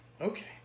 okay